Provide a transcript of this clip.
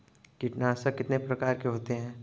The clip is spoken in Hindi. कीटनाशक कितने प्रकार के होते हैं?